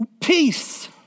peace